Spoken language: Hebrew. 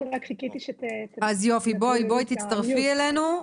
שאני בזום,